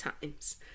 times